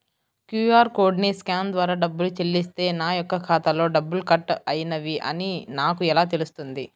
QR కోడ్ని scan ద్వారా డబ్బులు చెల్లిస్తే నా యొక్క ఖాతాలో డబ్బులు కట్ అయినవి అని నాకు ఎలా తెలుస్తుంది?